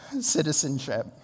citizenship